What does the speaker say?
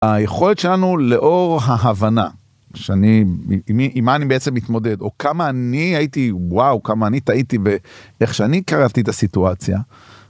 היכולת שלנו לאור ההבנה שאני עם מה אני בעצם מתמודד או כמה אני הייתי וואו כמה אני טעיתי באיך שאני קראתי את הסיטואציה.